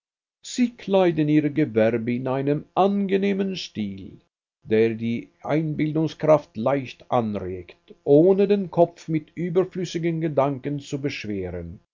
sie kleiden ihr gewerbe in einen angenehmen stil der die einbildungskraft leicht anregt ohne den kopf mit überflüssigen gedanken zu beschweren